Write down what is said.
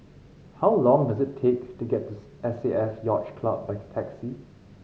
how long does it take to get to S A F Yacht Club by taxi